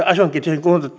asuinkiinteistön